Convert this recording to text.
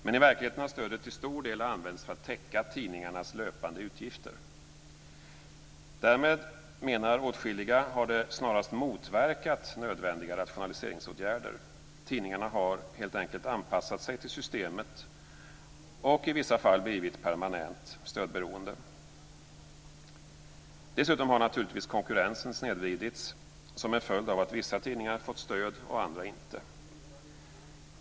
Men i verkligheten har stödet till stor del använts för att täcka tidningarnas löpande utgifter. Därmed, menar åtskilliga, har det snarast motverkat nödvändiga rationaliseringsåtgärder. Tidningarna har helt enkelt anpassat sig till systemet och i vissa fall blivit permanent stödberoende. Dessutom har naturligtvis konkurrensen snedvridits som en följd av att vissa tidningar fått stöd och andra inte.